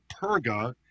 Perga